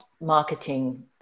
marketing